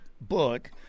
book